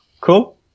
Cool